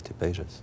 pages